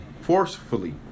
forcefully